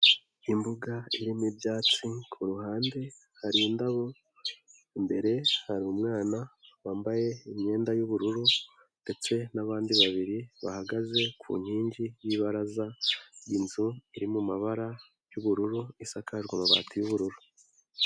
Imbuga irimo ibyatsi ku ruhande hari indabo, imbere hari umwana wambaye imyenda y'ubururu ndetse n'abandi babiri bahagaze ku nkingi y'ibaraza, inzu iri mu mabara y'ubururu isakajwe amabati y'ubururu.